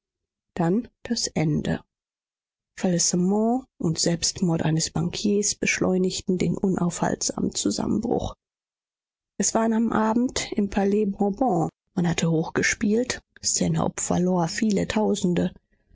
dann das ende fallissement und selbstmord eines bankiers beschleunigten den unaufhaltsamen zusammenbruch es war an einem abend im palais bourbon man hatte hoch gespielt stanhope verlor viele tausende